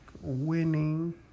winning